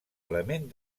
element